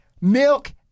Milk